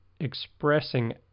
expressing